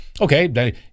Okay